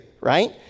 Right